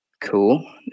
cool